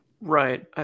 Right